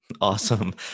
Awesome